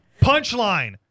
Punchline